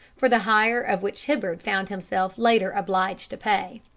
for the hire of which hibbard found himself later obliged to pay.